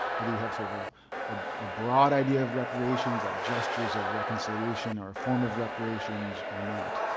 whether you have sort of ah ah a broad idea of reparations like gestures of reconciliation, or a form of reparations or not.